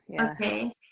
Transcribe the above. Okay